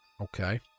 Okay